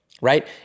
right